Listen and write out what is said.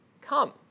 come